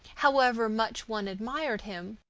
however much one admired him,